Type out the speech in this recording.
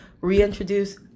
reintroduce